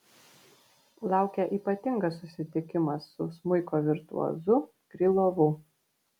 laukia ypatingas susitikimas su smuiko virtuozu krylovu